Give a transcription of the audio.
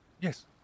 Yes